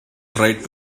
tried